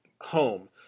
home